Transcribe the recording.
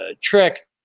trick